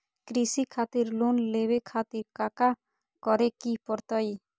कृषि खातिर लोन लेवे खातिर काका करे की परतई?